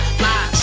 fly